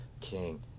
king